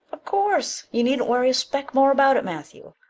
of course. you needn't worry a speck more about it, matthew.